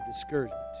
discouragement